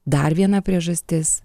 dar viena priežastis